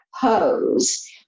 pose